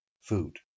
food